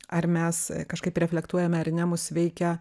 ar mes kažkaip reflektuojame ar ne mus veikia